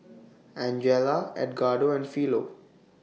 Angela Edgardo and Philo